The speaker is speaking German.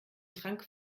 trank